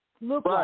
Look